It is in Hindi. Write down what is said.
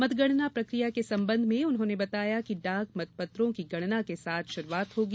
मतगणना प्रकिया के संबंध में उन्होंने बताया कि डाक मतपत्रों की गणना के साथ शुरूआत होगी